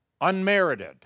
Unmerited